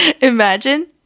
Imagine